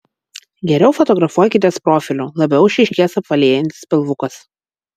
geriau fotografuokitės profiliu labiau išryškės apvalėjantis pilvukas